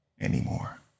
anymore